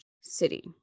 city